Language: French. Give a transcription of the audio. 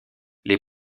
les